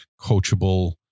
coachable